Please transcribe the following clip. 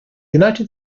united